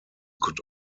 could